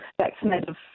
vaccinated